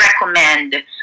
recommend